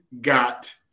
got